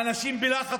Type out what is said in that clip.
האנשים בלחץ,